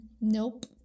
Nope